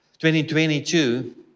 2022